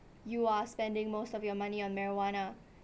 you are spending most of your money on marijuana